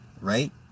right